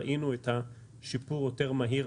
ראינו שיפור יותר מהיר.